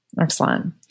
Excellent